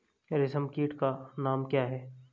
रेशम कीट का नाम क्या है?